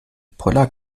poller